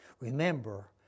Remember